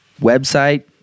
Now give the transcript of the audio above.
website